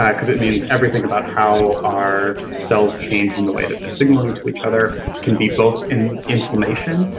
yeah cause it means everything about how our cells change and the way that they're signaling to each other can be both in inflammation,